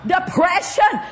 Depression